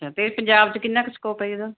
ਅੱਛਾ ਅਤੇ ਪੰਜਾਬ 'ਚ ਕਿੰਨਾ ਕੁ ਸਕੋਪ ਹੈ ਜੀ ਇਹਦਾ